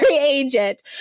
agent